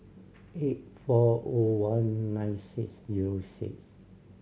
eight four O one nine six zero six